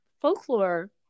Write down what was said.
folklore